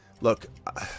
Look